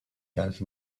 calf